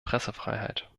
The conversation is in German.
pressefreiheit